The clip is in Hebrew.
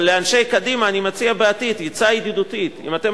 אבל לאנשי קדימה אני מציע לעתיד עצה ידידותית: אם אתם